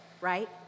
right